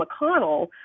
McConnell